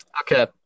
Okay